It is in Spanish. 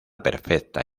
perfecta